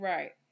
Right